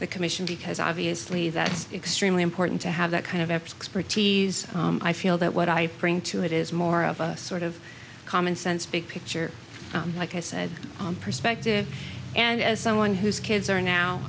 the commission because obviously that's extremely important to have that kind of effort expertise i feel that what i bring to it is more of a sort of commonsense big picture like i said perspective and as someone whose kids are now